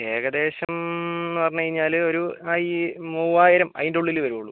ഏകദേശം എന്ന് പറഞ്ഞുകഴിഞ്ഞാൽ ഒരു അയ് മൂവായിരം അതിന്റെയുള്ളിൽ വരൂള്ളൂ